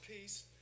peace